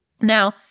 Now